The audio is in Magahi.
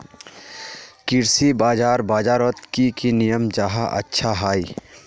कृषि बाजार बजारोत की की नियम जाहा अच्छा हाई?